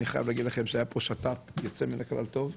אני חייב להגיד לכם שהיה פה שת"פ יוצא מן הכלל טוב,